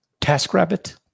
TaskRabbit